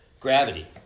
Gravity